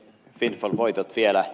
windfall voitoista vielä